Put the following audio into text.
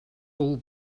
all